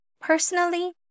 Personally